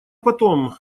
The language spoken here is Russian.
потом